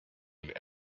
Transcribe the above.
and